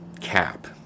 cap